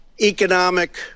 economic